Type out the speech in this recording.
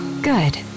Good